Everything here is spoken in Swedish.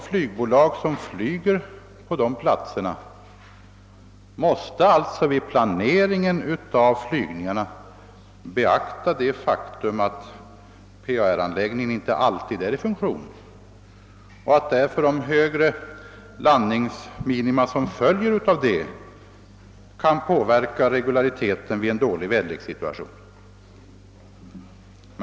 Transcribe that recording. Flygbolagen måste alltså vid planeringen av flygningarna beakta det faktum att PAR-anläggningen inte alltid är i funktion och att därför de högre landningsminima som följer därav kan påverka regulariteten vid en dålig väderlekssituation.